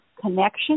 connection